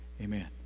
Amen